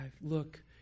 look